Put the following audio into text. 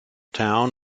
town